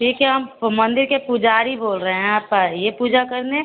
ठीक है हम मंदिर के पुजारी बोल रहे हैं आप आइए पूजा करने